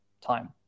time